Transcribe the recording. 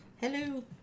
Hello